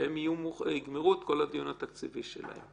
שהם יגמרו את כל הדיון התקציבי שלהם.